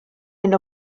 hyn